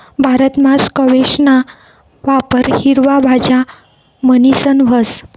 भारतमा स्क्वैशना वापर हिरवा भाज्या म्हणीसन व्हस